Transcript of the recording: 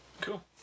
cool